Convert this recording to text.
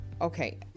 okay